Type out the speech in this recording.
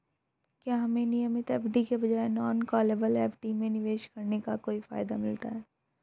क्या हमें नियमित एफ.डी के बजाय नॉन कॉलेबल एफ.डी में निवेश करने का कोई फायदा मिलता है?